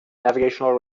navigational